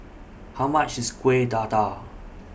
How much IS Kueh Dadar